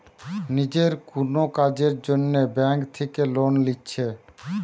নিজের কুনো কাজের জন্যে ব্যাংক থিকে লোন লিচ্ছে